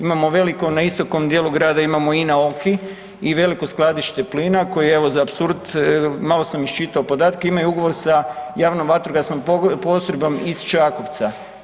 Imamo veliku na istoku grada imamo INA-OKI i veliko skladište plina koji evo za apsurd malo sam iščitao podatke imaju ugovor sa javnom vatrogasnom postrojbom iz Čakovca.